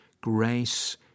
grace